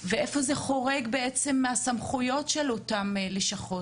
ואיפה זה חורג מהסמכויות של אותן לשכות.